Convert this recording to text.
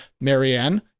Marianne